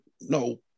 no